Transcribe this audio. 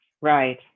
Right